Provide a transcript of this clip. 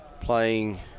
Playing